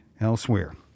elsewhere